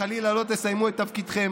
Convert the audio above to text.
חלילה לא תסיימו את תפקידכם,